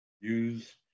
use